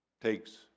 takes